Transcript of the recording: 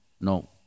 No